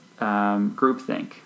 groupthink